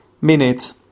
minutes